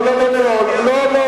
לא, לא, לא.